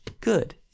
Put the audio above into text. Good